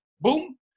boom